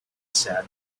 said